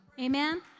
amen